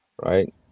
right